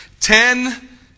ten